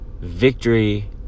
victory